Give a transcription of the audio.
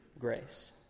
grace